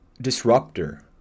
disruptor